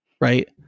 right